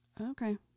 Okay